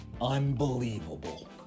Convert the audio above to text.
unbelievable